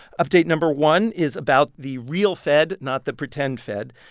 update number one is about the real fed, not the pretend fed.